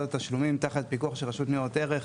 התשלומים תחת הפיקוח של רשות נירות ערך,